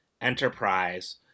enterprise